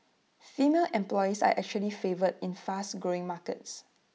female employees are actually favoured in fast growing markets